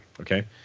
okay